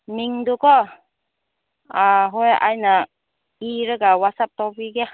ꯃꯤꯡꯗꯨꯀꯣ ꯍꯣꯏ ꯑꯩꯅ ꯏꯔꯒ ꯋꯥꯠꯆꯞ ꯇꯧꯕꯤꯒꯦ